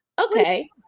okay